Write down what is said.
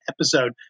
episode